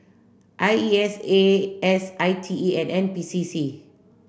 I E S A S I T E and N P C C